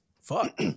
fuck